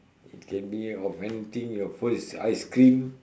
it can be of anything your first ice cream